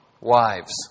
wives